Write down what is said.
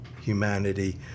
humanity